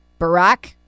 Barack